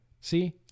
see